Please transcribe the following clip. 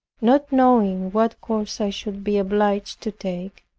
not knowing what course i should be obliged to take,